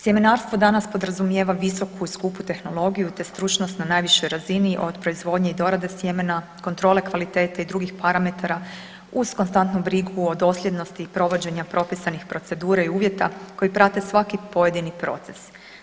Sjemenarstvo danas podrazumijeva visoku i skupu tehnologiju te stručnost na najvišoj razini od proizvodnje i dorade sjemena, kontrole kvalitete i drugih parametara uz konstantnu brigu o dosljednosti provođenja propisanih procedura i uvjeta koji prate svaki pojedini proces.